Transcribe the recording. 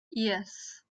yes